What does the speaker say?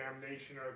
damnation